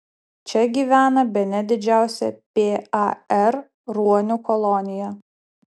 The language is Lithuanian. čia gyvena bene didžiausia par ruonių kolonija